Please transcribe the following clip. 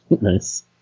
Nice